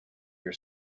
your